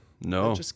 No